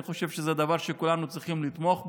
אני חושב שזה דבר שכולנו צריכים לתמוך בו,